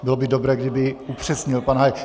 Bylo by dobré, kdyby upřesnil pan Hájek.